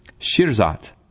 Shirzat